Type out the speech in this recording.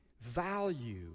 value